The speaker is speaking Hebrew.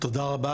תודה רבה.